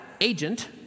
agent